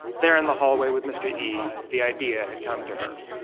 there in the hallway with mr. yi, the idea had come to her.